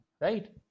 right